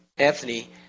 Anthony